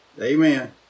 Amen